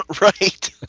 right